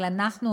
אבל אנחנו,